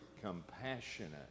compassionate